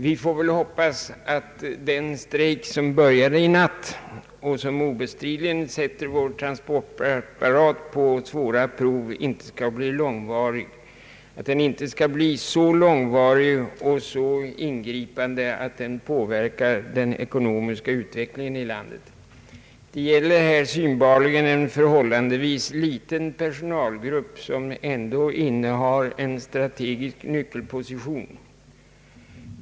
Vi får också hoppas att den .strejk som började i natt och som obestridligen sätter vår transportapparat på stora prov inte skall bli så långvarig och så ingripande att den påverkar den ekonomiska utvecklingen i landet. Det gäller här en förhållandevis liten personalgrupp, som ändå innehar en strategisk nyckelposition.